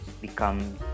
become